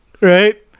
Right